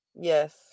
Yes